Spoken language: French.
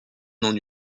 n’en